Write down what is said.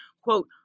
quote